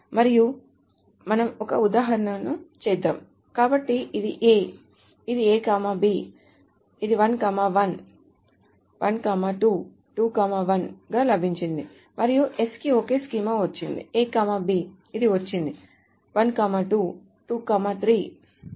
మరియు మనం ఒక ఉదాహరణను చేద్దాం కాబట్టి ఇది A ఇది A B ఇది 1 1 1 2 2 1 గా లభించింది మరియు s కి ఒకే స్కీమా వచ్చింది A B ఇది వచ్చింది 1 2 2 3